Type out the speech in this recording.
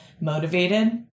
motivated